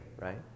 right